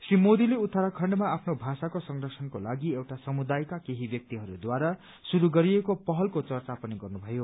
श्री मोदीले उत्तराखण्डमा आफ्नो भाषाको संरक्षणको लागि एउटा समुदायका केही व्यक्तिहरूद्वारा शुरू गरिएको पहलको चर्चा पनि गर्नुभयो